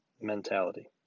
mentality